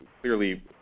clearly